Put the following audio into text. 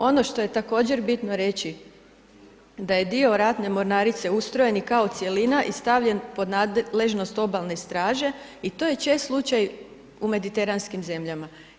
Ono što je također bitno reći da je dio ratne mornarice ustrojen i kao cjelina i stavljen pod nadležnost obale straže i to je čest slučaj u mediteranskim zemljama.